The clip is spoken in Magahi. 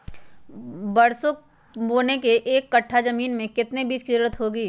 सरसो बोने के एक कट्ठा जमीन में कितने बीज की जरूरत होंगी?